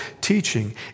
teaching